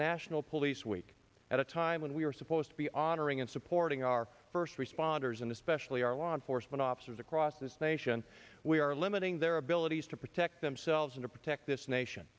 national police week at a time when we are supposed to be honoring and supporting our first responders and especially our law enforcement officers across this nation we are limiting their abilities to protect themselves and to protect this nation